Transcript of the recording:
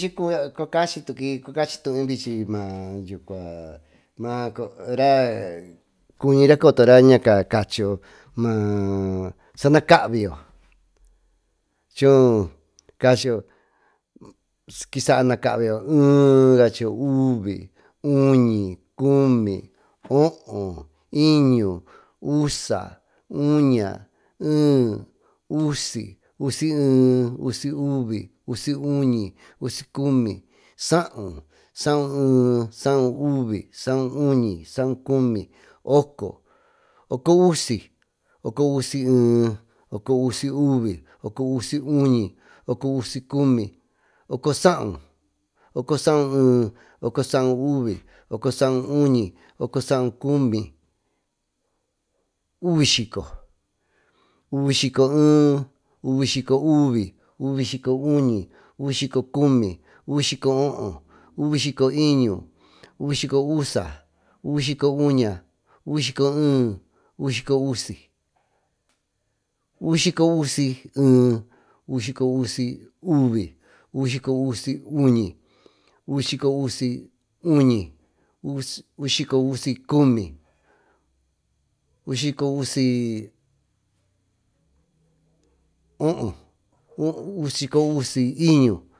Vichi cua cachy tuuy nacaa raá cuñira cotora ñaca cachiyo sana caabi yo choo cachiyo e cachiyo uní uñi cumi oho iñu usa, uña, cuña, ehe, usi, usie, usiuvi, usiuñi, usicumi. sahau, sahue, sahuuvi, sahuuñi, sahacumi, oco, ocousi, ocousie, ocousiuvi, ocousiuñi, ocousicumi, ocosahu, ocosahue, ocozahuuvi, ocosahuuñi, ocousicumi, uvisyhico, uvisyico, uvisyhicouvi, uvisyhicouñi, uvisyhicocumi, uvisyhicooho, uvisyhicoiñu, uvisyhicousa, uvisyhicouña, uvisyhicocumi, uvisyhicousi, uvisyhicousie. uvisyhicousiuni, uvisyhicousiuñi, uvisyhicocumi, uvisyhicousioho. uvisyhicousiyñu, uvisyhicousiuña, uvisyhicousie, uñisyico. uñisyicoe, uñisyicouvi, uñisyicouñi, uñisyicoohoo, uñisyicoiñu. uñisyicousa, uñisyicouña, uñisyicoee.